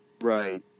Right